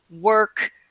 work